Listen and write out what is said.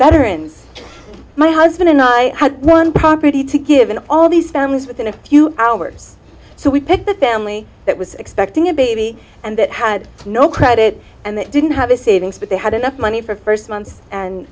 veterans my husband and i had one property to give in all these families within a few hours so we picked the family that was expecting a baby and that had no credit and they didn't have the savings but they had enough money for first month